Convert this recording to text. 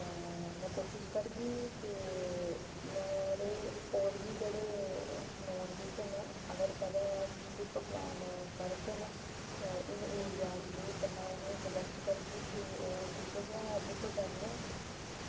ते में कोशश करगी कि मेरे होर बी जेह्ड़े मेरे नाऊन बिच्च न अगर कुदै ट्रिप प्लॉन करङन एह् हिली एरिया गी कन्नै उ'नें गी सजैस्ट करगी कि ओह् तुसेंगी गै बुक करङन